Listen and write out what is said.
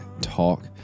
talk